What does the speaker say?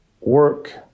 work